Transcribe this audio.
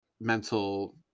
mental